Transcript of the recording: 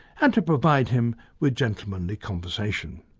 and to provide him with gentlemanly conversation.